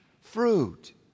fruit